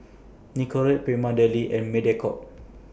Nicorette Prima Deli and Mediacorp